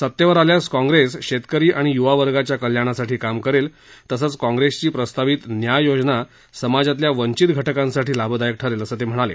सतेवर आल्यास काँग्रेस शेतकरी आणि युवा वर्गाच्या कल्याणासाठी काम करेल तसच काँग्रेसची प्रस्तावित न्याय योजना समाजातल्या वंचित घटकांसाठी लाभदायक ठरेल असं ते म्हणाले